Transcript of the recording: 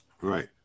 Right